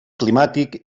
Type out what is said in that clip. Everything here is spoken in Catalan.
climàtic